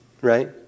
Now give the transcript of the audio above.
right